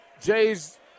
Jays